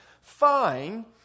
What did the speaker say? fine